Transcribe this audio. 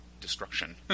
destruction